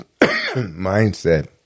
mindset